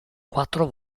quattro